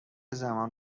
زمان